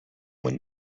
when